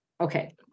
Okay